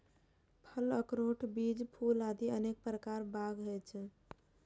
फल, अखरोट, बीज, फूल आदि अनेक प्रकार बाग होइ छै